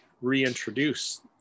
reintroduce